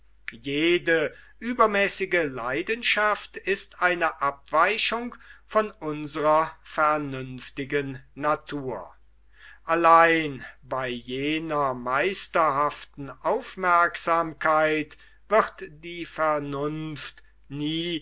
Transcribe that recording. jede übermäßige leidenschaft ist eine abweichung von unsrer vernünftigen natur allein bei jener meisterhaften aufmerksamkeit wird die vernunft nie